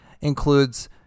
includes